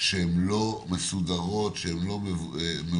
שהן לא מסודרות, שהן לא מאובטחות,